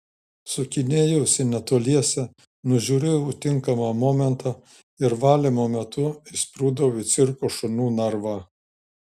sukinėjausi netoliese nužiūrėjau tinkamą momentą ir valymo metu įsprūdau į cirko šunų narvą